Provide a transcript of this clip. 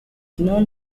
known